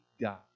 God